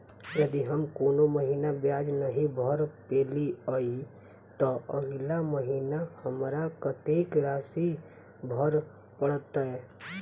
यदि हम कोनो महीना ब्याज नहि भर पेलीअइ, तऽ अगिला महीना हमरा कत्तेक राशि भर पड़तय?